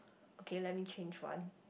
okay let me change one